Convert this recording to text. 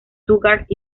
stuttgart